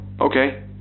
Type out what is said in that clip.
okay